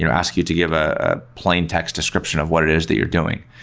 you know ask you to give a plain text description of what it is that you're doing.